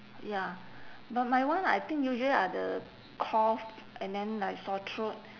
ya but my one I think usually are the cough and then like sore throat